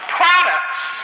products